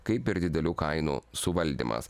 kaip ir didelių kainų suvaldymas